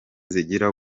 zigira